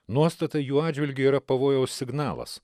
nuostata jų atžvilgiu yra pavojaus signalas